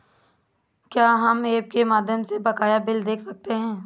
क्या हम ऐप के माध्यम से बकाया बिल देख सकते हैं?